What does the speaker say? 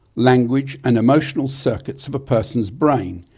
language and emotional circuits of a person's brain,